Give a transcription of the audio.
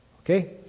okay